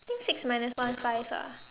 I think six minus one five ah